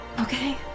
Okay